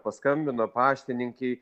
paskambino paštininkei